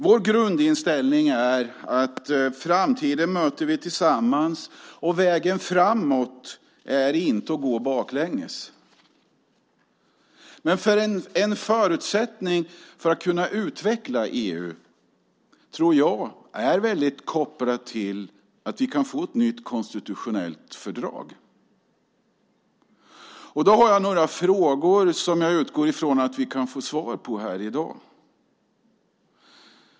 Vår grundinställning är att vi möter framtiden tillsammans. För att komma framåt kan vi inte gå baklänges. Men en förutsättning för att kunna utveckla EU tror jag är att vi får ett nytt konstitutionellt fördrag. Jag har några frågor som jag utgår från att vi kan få svar på i dag.